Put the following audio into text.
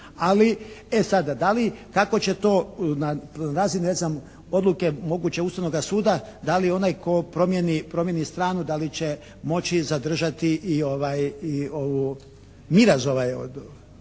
Ali, e sada, da li, kako će to na razini ne znam odluke moguće Ustavnoga suda da li onaj tko promjeni stranu da li će moći zadržati i miraz ovaj